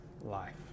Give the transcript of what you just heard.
life